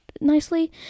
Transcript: nicely